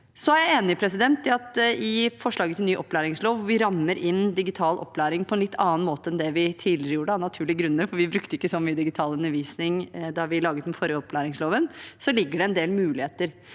elever inn på. I forslaget til ny opplæringslov rammer vi inn digital opplæring på en litt annen måte enn det vi gjorde tidligere, av naturlige grunner, for vi brukte ikke så mye digital undervisning da vi laget den forrige opplæringsloven. Der ligger det en del muligheter